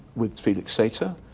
with felix sater.